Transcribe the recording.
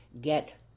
Get